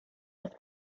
auf